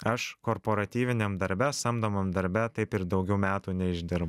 aš korporatyviniam darbe samdomam darbe taip ir daugiau metų neišdirbau